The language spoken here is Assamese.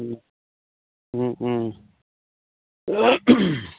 ও ও